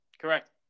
Correct